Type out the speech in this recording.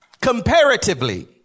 Comparatively